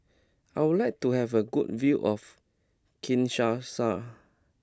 I would like to have a good view of Kinshasa